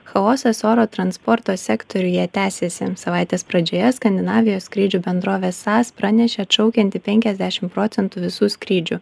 chaosas oro transporto sektoriuje tęsiasi savaitės pradžioje skandinavijos skrydžių bendrovė sas pranešė atšaukianti penkiasdešim procentų visų skrydžių